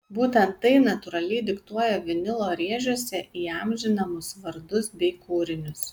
būtent tai natūraliai diktuoja vinilo rėžiuose įamžinamus vardus bei kūrinius